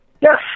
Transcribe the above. Yes